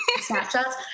snapshots